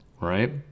right